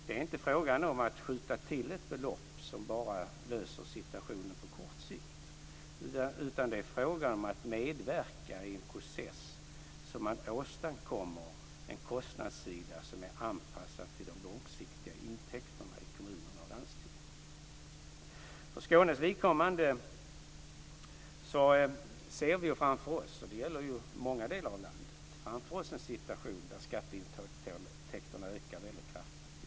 Det är inte fråga om att skjuta till ett belopp som bara löser situationen på kort sikt utan om att medverka i en process där man åstadkommer en kostnadssida som är anpassad till de långsiktiga intäkterna i kommuner och landsting. För Skånes vidkommande ser vi framför oss - och det gäller många delar av landet - en situation där skatteintäkterna ökar väldigt kraftigt.